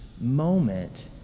moment